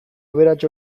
aberats